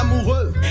amoureux